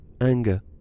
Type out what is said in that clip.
Anger